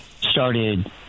started